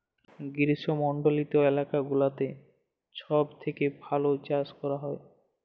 গ্রীস্মমন্ডলিত এলাকা গুলাতে সব থেক্যে ভাল চাস ক্যরা হ্যয়